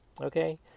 okay